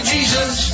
Jesus